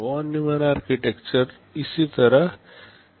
von Neumann architecture इसी तरह के दिखते हैं